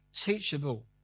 teachable